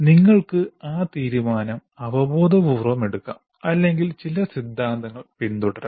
നിങ്ങൾക്ക് ആ തീരുമാനം അവബോധപൂർവ്വം എടുക്കാം അല്ലെങ്കിൽ ചില സിദ്ധാന്തങ്ങൾ പിന്തുടരാം